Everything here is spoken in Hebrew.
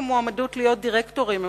הגישו מועמדות להיות דירקטורים.